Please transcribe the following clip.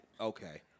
Okay